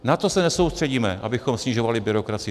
Na to se nesoustředíme, abychom snižovali byrokracii.